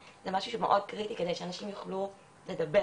זה משהו שמאוד קריטי כדי שאנשים יוכלו לדבר,